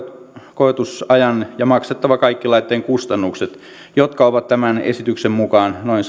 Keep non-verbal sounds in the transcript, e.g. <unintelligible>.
koetusajan ja maksettava kaikki laitteen kustannukset jotka ovat tämän esityksen mukaan noin <unintelligible>